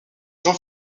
jean